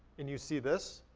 and you see this,